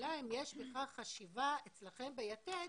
השאלה אם יש בכלל חשיבה אצלכם ביתד